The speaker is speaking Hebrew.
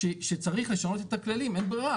שחייבים לשנות את הכללים, אין ברירה.